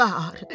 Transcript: God